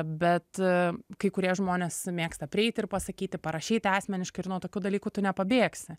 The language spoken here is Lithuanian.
bet kai kurie žmonės mėgsta prieiti ir pasakyti parašyti asmeniškai ir nuo tokių dalykų tu nepabėgsi